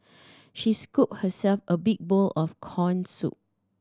she scooped herself a big bowl of corn soup